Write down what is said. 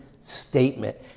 statement